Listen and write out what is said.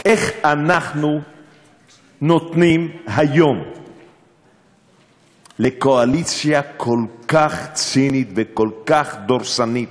איך אנחנו נותנים היום לקואליציה כל כך צינית וכל כך דורסנית,